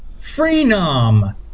Freenom